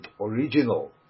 original